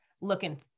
looking